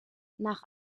nach